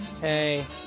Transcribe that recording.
Hey